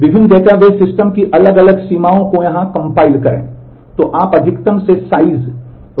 विभिन्न database system की अलग अलग सीमाओं को यहाँ संकलित compile करें